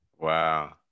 Wow